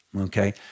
Okay